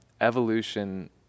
evolution